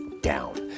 down